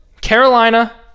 Carolina